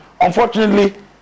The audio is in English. Unfortunately